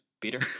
Peter